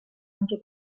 anche